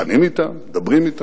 דנים אתם, מדברים אתם.